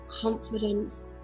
confidence